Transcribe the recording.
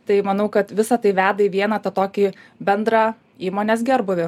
tai manau kad visa tai veda į vieną tą tokį bendrą įmonės gerbūvį